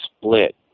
split